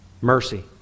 mercy